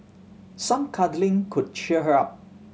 some cuddling could cheer her up